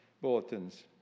bulletins